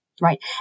Right